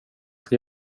ska